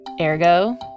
Ergo